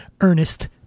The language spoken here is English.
Ernest